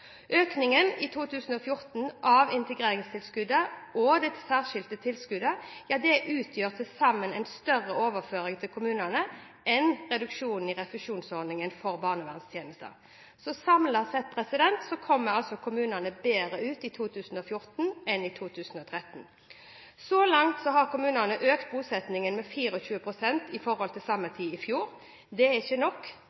Økningen i 2014 av integreringstilskuddet og det særskilte tilskuddet utgjør til sammen en større overføring til kommunene enn reduksjonen i refusjonsordningen for barnevernstjenester. Samlet sett kommer kommunene bedre ut i 2014 enn i 2013. Så langt har kommunene økt bosettingen med 24 pst. i forhold til samme